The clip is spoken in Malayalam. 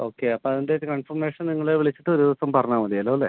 ഓക്കെ അപ്പോൾ അതിൻ്റെ ഒരു കൺഫർമേഷൻ നിങ്ങൾ വിളിച്ചിട്ട് ഒരു ദിവസം പറഞ്ഞാൽ മതിയല്ലോല്ലേ